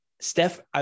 steph